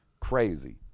Crazy